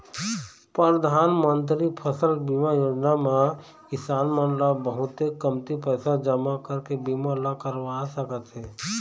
परधानमंतरी फसल बीमा योजना म किसान मन ल बहुते कमती पइसा जमा करके बीमा ल करवा सकत हे